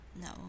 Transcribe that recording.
No